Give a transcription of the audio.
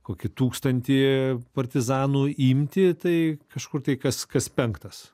kokį tūkstantį partizanų imtį tai kažkur tai kas kas penktas